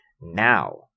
Now